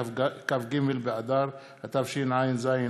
כ"ג באדר התשע"ז,